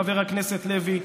חבר הכנסת לוי,